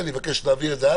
אני מבקש ודורש שיהיה פתרון.